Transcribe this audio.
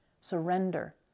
surrender